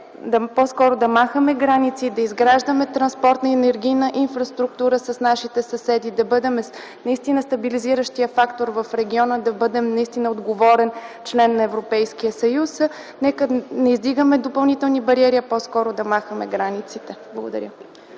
по-скоро да махаме граници, да изграждаме транспортна и енергийна инфраструктура с нашите съседи, да бъдем стабилизиращия фактор в региона, да бъдем отговорен член на Европейския съюз. Нека не издигаме допълнителни бариери, а по-скоро да махаме границите. Благодаря.